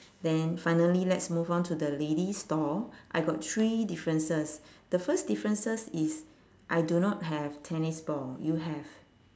then finally let's move on to the lady's stall I got three differences the first differences is I do not have tennis ball you have